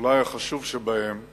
ואולי החשוב בהם הוא